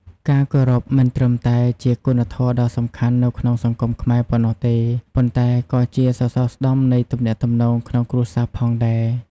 ការគោរពមិនត្រឹមតែជាគុណធម៌ដ៏សំខាន់ក្នុងសង្គមខ្មែរប៉ុណ្ណោះទេ ប៉ុន្តែក៏ជាសសរស្តម្ភនៃទំនាក់ទំនងក្នុងគ្រួសារផងដែរ។